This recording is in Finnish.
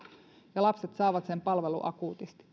ja lapset saavat palvelun akuutisti